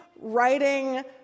writing